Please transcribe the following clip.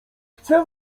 chcę